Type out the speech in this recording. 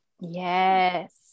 yes